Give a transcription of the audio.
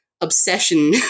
obsession